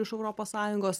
iš europos sąjungos